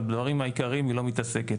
בדברים העיקריים היא לא מתעסקת.